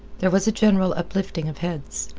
there was a general uplifting of heads.